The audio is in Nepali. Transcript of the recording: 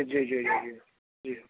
ज्यू ज्यू ज्यू ज्यू